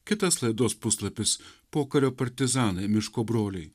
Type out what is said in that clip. kitas laidos puslapis pokario partizanai miško broliai